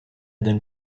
den